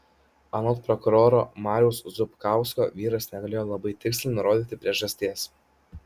anot prokuroro mariaus zupkausko vyras negalėjo labai tiksliai nurodyti priežasties